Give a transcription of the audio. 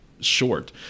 short